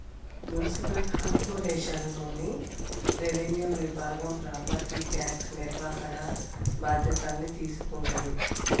municipal కార్పొరేషన్లోని revenue విభాగం property tax నిర్వహణ బాధ్యతల్ని తీసుకుంటది